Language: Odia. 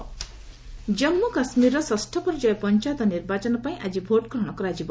ଜେ ଆଣ୍ଡ କେ ଜନ୍ମୁ କାଶ୍ମୀରର ଷଷ୍ଠ ପର୍ଯ୍ୟାୟ ପଞ୍ଚାୟତ ନିର୍ବାଚନ ପାଇଁ ଆଜି ଭୋଟଗ୍ରହଣ କରାଯିବ